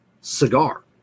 cigar